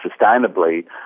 sustainably